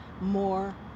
more